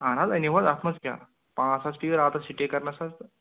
اَہَن حظ أنِو حظ اَتھ منٛز کیٛاہ پانٛژ ساس حظ پیٚوٕ راتَس سِٹے کَرنَس حظ تہٕ